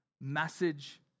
message